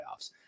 playoffs